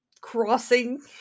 Crossing